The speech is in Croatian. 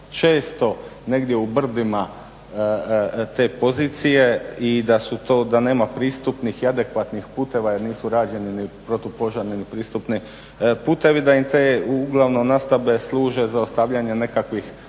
često negdje u brdima te pozicije i da nema pristupnih i adekvatnih puteva jer nisu rađeni ni protupožarni ni pristupni putevi da im te nastambe služe za ostavljanje nekakvih